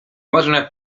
można